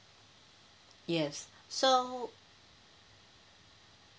yes so